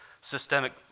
systemic